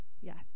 Yes